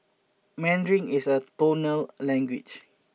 Mandarin is a tonal language